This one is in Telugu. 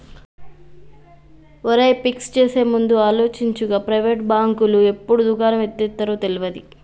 ఒరేయ్, ఫిక్స్ చేసేముందు ఆలోచించు, గా ప్రైవేటు బాంకులు ఎప్పుడు దుకాణం ఎత్తేత్తరో తెల్వది